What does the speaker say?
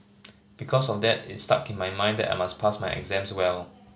because of that it stuck in my mind that I must pass my exams well